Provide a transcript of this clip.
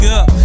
up